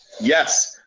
yes